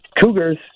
cougars